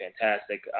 fantastic